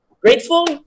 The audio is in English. grateful